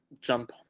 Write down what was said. jump